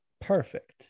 Perfect